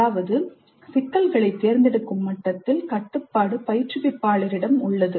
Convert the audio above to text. அதாவது சிக்கல்களைத் தேர்ந்தெடுக்கும் மட்டத்தில் கட்டுப்பாடு பயிற்றுவிப்பாளரிடம் உள்ளது